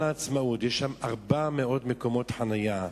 גן העצמאות, יש שם 400 מקומות חנייה,